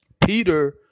Peter